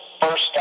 first